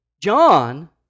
John